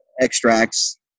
extracts